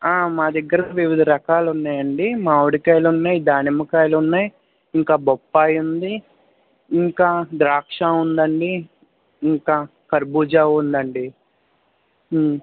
మా దగ్గర వివిధ రకాలున్నాయండి మామిడికాయలున్నాయి దానిమ్మకాయలున్నాయి ఇంకా బొప్పాయి ఉంది ఇంకా ద్రాక్ష ఉందండి ఇంకా ఖర్బుజా ఉందండి